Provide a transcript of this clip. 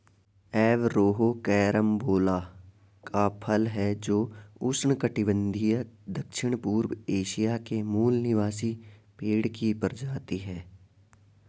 Averrhoa carambola का फल है जो उष्णकटिबंधीय दक्षिणपूर्व एशिया के मूल निवासी पेड़ की प्रजाति है